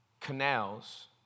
canals